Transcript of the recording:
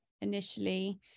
Initially